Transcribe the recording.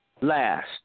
last